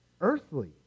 earthly